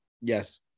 Yes